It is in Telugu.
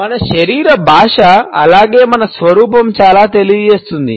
మన శరీర భాష అలాగే మన స్వరూపం చాలా తెలియచేస్తుంది